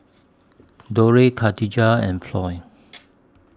Dorthey Khadijah and Floy